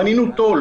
(היו"ר מיכאל מלכיאלי, 10:53)